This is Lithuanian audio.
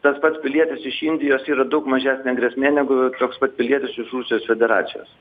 tas pats pilietis iš indijos yra daug mažesnė grėsmė negu toks pat pilietis iš rusijos federacijos